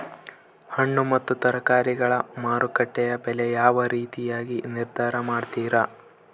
ಹಣ್ಣು ಮತ್ತು ತರಕಾರಿಗಳ ಮಾರುಕಟ್ಟೆಯ ಬೆಲೆ ಯಾವ ರೇತಿಯಾಗಿ ನಿರ್ಧಾರ ಮಾಡ್ತಿರಾ?